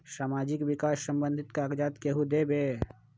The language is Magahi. समाजीक विकास संबंधित कागज़ात केहु देबे?